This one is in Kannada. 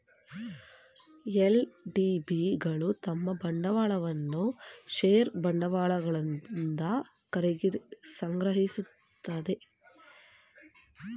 ಎಲ್.ಡಿ.ಬಿ ಗಳು ತಮ್ಮ ಬಂಡವಾಳವನ್ನು ಷೇರು ಬಂಡವಾಳಗಳಿಂದ ಸಂಗ್ರಹಿಸುತ್ತದೆ